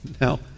Now